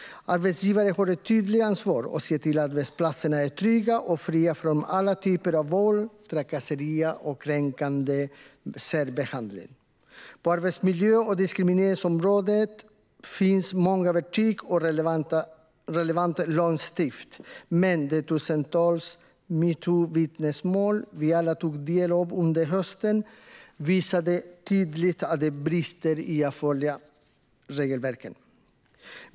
Arbetsgivare har ett tydligt ansvar att se till att arbetsplatserna är trygga och fria från alla typer av våld, trakasserier och kränkande särbehandling. På arbetsmiljö och diskrimineringsområdet finns många verktyg och relevant lagstiftning. Men de tusentals metoo-vittnesmål som vi alla tog del av under hösten visade tydligt att det brister när det gäller att följa regelverken.